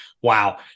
Wow